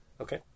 Okay